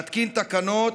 להתקין תקנות,